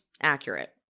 accurate